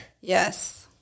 Yes